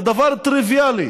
זה דבר טריוויאלי,